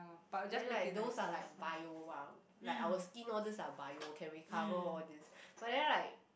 but then like those are like bio mah like our skin all these are bio can recover all these but then like